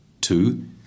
Two